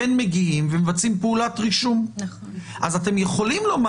" ויש גם פתרון לדבר הזה אדוני, אפשר לבוא